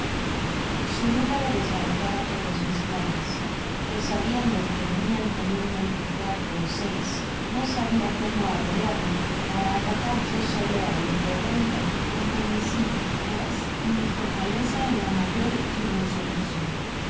su número desbarataba todos mis planes pues sabiendo que venian comunmente cuatro é seis no sabia como arreglarme para atacar yo solo á veinte ó treinta permaneci pues en mi fortaleza en la mayor irresolucion